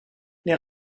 les